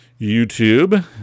YouTube